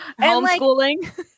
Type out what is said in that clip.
Homeschooling